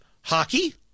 Hockey